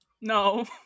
No